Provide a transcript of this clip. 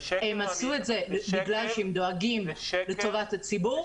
הם עשו את זה בגלל שהם דואגים לטובת הציבור